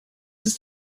ist